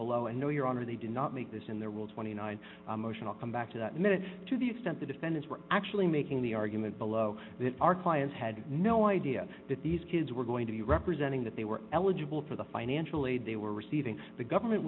below and no your honor they did not make this in their will twenty nine a motion to come back to that minute to the extent the defendants were actually making the argument below that our clients had no idea that these kids were going to be representing that they were eligible for the financial aid they were receiving the government